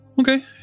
Okay